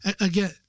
again